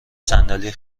صندلی